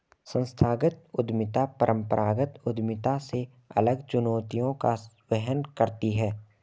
संस्थागत उद्यमिता परंपरागत उद्यमिता से अलग चुनौतियों का वहन करती है